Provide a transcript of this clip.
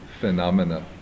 phenomena